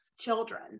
children